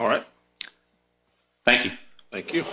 all right thank you thank you